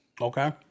Okay